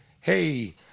hey